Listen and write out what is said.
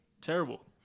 Terrible